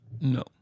No